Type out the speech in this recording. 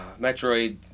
Metroid